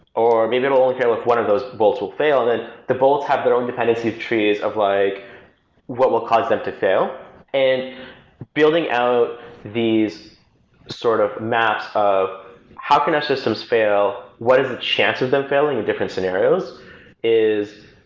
or maybe it will look at if one of those bolts will fail, then the bolts have their own dependency of trees of like what will cause them to fail and building out these sort of maps of how can our systems fail, what is the chance of them failing in different scenarios is